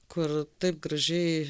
kur taip gražiai